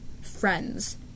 friends